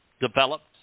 developed